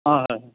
অঁ হয়